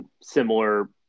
Similar –